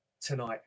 tonight